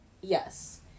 yes